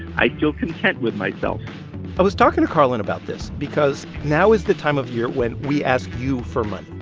i feel content with myself i was talking to karlan about this because now is the time of year when we ask you for money.